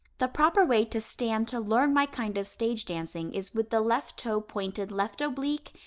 the proper way to stand to learn my kind of stage dancing is with the left toe pointed left oblique,